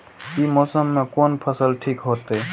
ई मौसम में कोन फसल ठीक होते?